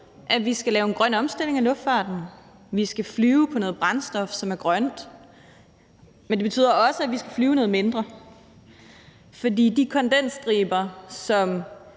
at vi skal lave en grøn omstilling af luftfarten – at vi skal flyve på noget brændstof, som er grønt – men det betyder også, at vi skal flyve noget mindre, for de kondensstriber, som